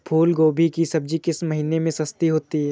फूल गोभी की सब्जी किस महीने में सस्ती होती है?